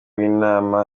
w’inama